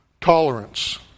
tolerance